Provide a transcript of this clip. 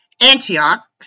Antioch